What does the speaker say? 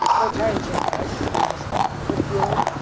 no tire change, right? they just put fuel in it?